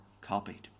copied